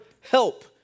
help